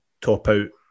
top-out